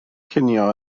cinio